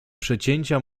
przecięcia